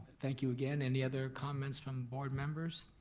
thank you again, any other comments from board members?